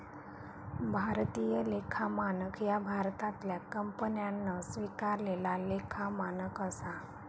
भारतीय लेखा मानक ह्या भारतातल्या कंपन्यांन स्वीकारलेला लेखा मानक असा